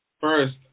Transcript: First